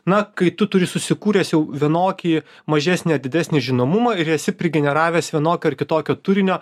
na kai tu turi susikūręs jau vienokį mažesnį ar didesnį žinomumą ir esi prigeneravęs vienokio ar kitokio turinio